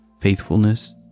faithfulness